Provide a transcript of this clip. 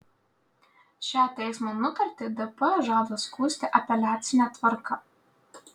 šią teismo nutartį dp žada skųsti apeliacine tvarka